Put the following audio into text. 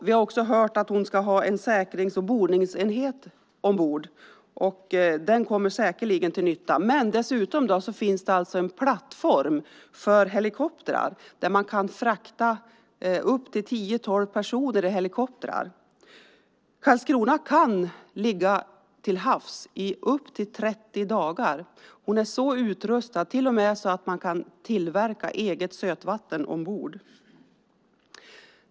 Vi har också hört att hon ska ha en säkrings och bordningsenhet ombord, och den kommer säkerligen till nytta. Dessutom finns det en plattform för helikoptrar, där man kan frakta upp till tio tolv personer i helikoptrar. Carlskrona kan ligga till havs i upp till 30 dagar. Hon är till med så utrustad att man kan tillverka eget sötvatten ombord.